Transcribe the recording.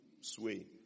sway